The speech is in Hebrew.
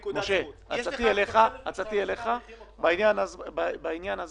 משה, עצתי אליך: בעניין הזה